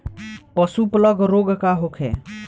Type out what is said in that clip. पशु प्लग रोग का होखे?